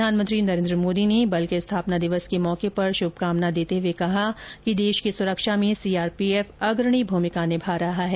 प्रधानमंत्री नरेन्द्र मोदी ने बल के स्थापना दिवस के मौके शुभकामना देते हुए कहा कि देश की सुरक्षा में सीआरपीएफ अग्रणी भूमिका निभा रहा है